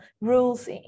rules